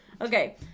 Okay